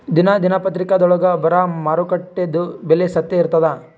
ದಿನಾ ದಿನಪತ್ರಿಕಾದೊಳಾಗ ಬರಾ ಮಾರುಕಟ್ಟೆದು ಬೆಲೆ ಸತ್ಯ ಇರ್ತಾದಾ?